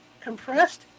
Compressed